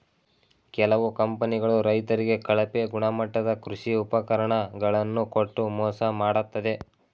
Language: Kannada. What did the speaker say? ಕೆಲವು ಕಂಪನಿಗಳು ರೈತರಿಗೆ ಕಳಪೆ ಗುಣಮಟ್ಟದ ಕೃಷಿ ಉಪಕರಣ ಗಳನ್ನು ಕೊಟ್ಟು ಮೋಸ ಮಾಡತ್ತದೆ